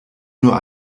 nur